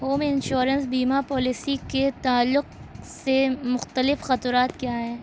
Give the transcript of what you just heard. home insurance بیمہ policy کے تعلق سے مختلف خطرات کیا ہیں